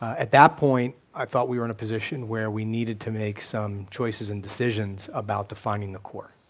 at that point, i felt we were in a position where we needed to make some choices and decisions about defining the core,